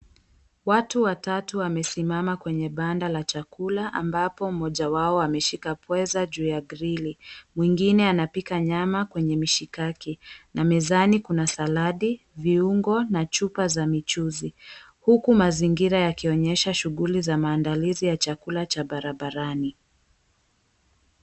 Watu watatu wamesimama kwenye banda la chakula ambapo mmoja wao ameshika pweza juu ya grili. Mwengine anapika nyama kwenye mishikaki na mezani kuna saladi, viungo na chupa za michuzi huku mazingira yakionyesha shughuli za maandalizi ya chakula cha barabarani.